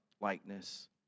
likeness